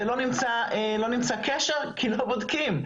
לא נמצא קשר כי לא בודקים,